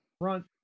Front